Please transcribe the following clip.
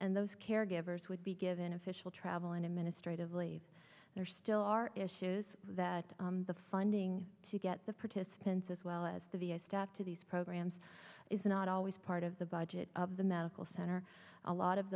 and those caregivers would be given official travel and administrative leave there still are issues that the funding to get the participants as well as the v a staff to these programs is not always part of the budget of the medical center a lot of